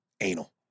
anal